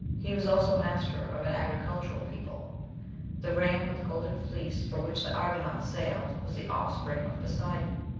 he was also master of an agricultural people the ram with the golden fleece for which the argonauts sailed was the offspring of poseidon.